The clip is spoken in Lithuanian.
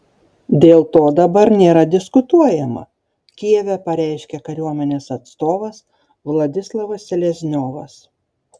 dėl to dabar nėra diskutuojama kijeve pareiškė kariuomenės atstovas vladislavas selezniovas